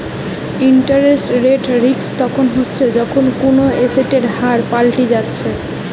interest rate risk তখন হচ্ছে যখন কুনো এসেটের হার পাল্টি যাচ্ছে